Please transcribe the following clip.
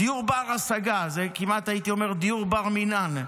דיור בר-השגה, כמעט הייתי אומר דיור בר-מינן.